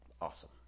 Awesome